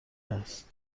است